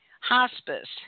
hospice